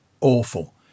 awful